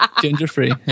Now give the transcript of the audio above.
Ginger-free